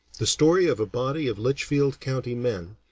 the story of a body of litchfield county men,